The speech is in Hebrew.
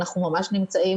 אנחנו ממש נמצאים